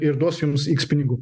ir duos jums iks pinigų